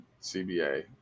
CBA